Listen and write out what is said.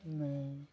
মই